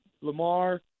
lamar